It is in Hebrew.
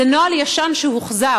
זה נוהל ישן שהוחזר.